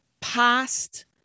past